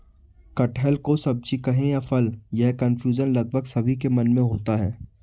कटहल को सब्जी कहें या फल, यह कन्फ्यूजन लगभग सभी के मन में होता है